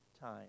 time